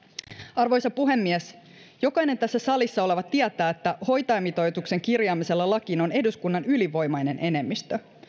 arvoisa puhemies jokainen tässä salissa oleva tietää että hoitajamitoituksen kirjaamisella lakiin on eduskunnan ylivoimainen enemmistö